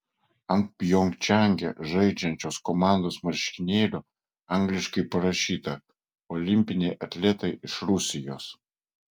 ant pjongčange žaidžiančios komandos marškinėlių angliškai parašyta olimpiniai atletai iš rusijos